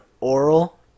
oral